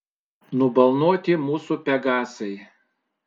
nubalnoti mūsų pegasai